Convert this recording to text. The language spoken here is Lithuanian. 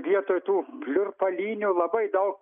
vietoj tų pliurpalynių labai daug